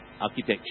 architecture